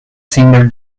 timber